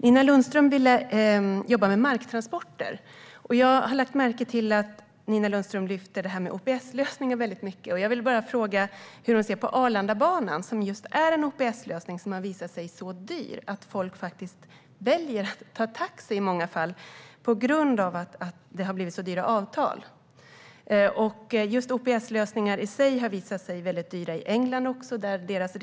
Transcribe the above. Nina Lundström vill jobba med marktransporter. Jag har lagt märke till att Nina Lundström lyfter OPS-lösningar väldigt mycket. Jag vill bara fråga hur hon ser på Arlandabanan, som just är en OPS-lösning. Den har visat sig så dyr att folk faktiskt väljer att ta taxi i många fall. Så är det på grund av att det har blivit så dyra avtal. OPS-lösningar har visat sig vara väldigt dyra också i England.